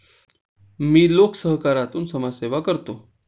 मी लोकसहकारातून समाजसेवा करतो